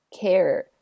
care